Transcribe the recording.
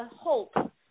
hope